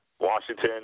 Washington